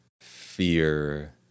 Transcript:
fear